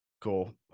Cool